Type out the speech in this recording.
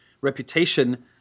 reputation